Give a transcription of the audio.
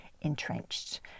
entrenched